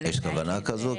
יש כוונה כזו?